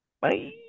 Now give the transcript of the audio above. Bye